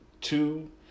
Two